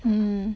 mm